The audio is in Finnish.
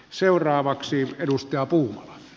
herra puhemies